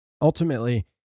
Ultimately